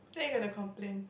then you got to complain